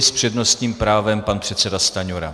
S přednostním právem pan předseda Stanjura.